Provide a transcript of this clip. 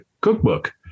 cookbook